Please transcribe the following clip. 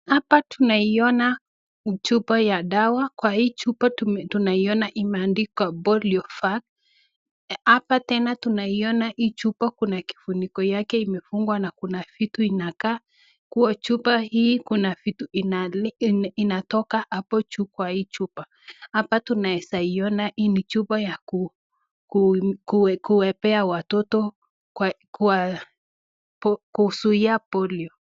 Hapa tunaiona chupa ya dawa, kwa hii chupa tunaiona imeandikwa POLIOVAC, hapa tena tunaiona hii chupa kuna kufuniko yake imefungwa na kuna vitu inakaa kuwa chupa hii kuna vitu inatoka hapo juu kwa hii chupa. Hapa tunaezaiona hii ni chupa ya kuwapea watoto kuzuia polio .